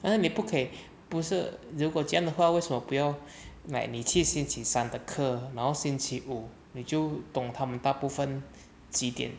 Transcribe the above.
ah 你不可以不是如果这样的话为什么不要 like 你去星期三的课然后星期五你就懂他们大部分几点